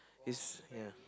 this and